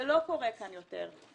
זה לא קורה כאן יותר.